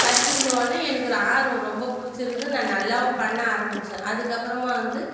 கற்றுக்கின உடனே எனக்கு ஒரு ஆர்வம் ரொம்ப பிடிச்சுருந்து நான் நல்லாவும் பண்ண ஆரமித்தேன் அதுக்கப்புறமா வந்து